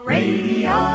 Radio